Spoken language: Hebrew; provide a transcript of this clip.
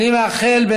אני מאחל,